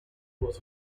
was